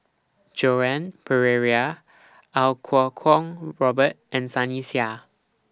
Joan Pereira Iau Kuo Kwong Robert and Sunny Sia